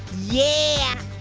yeah.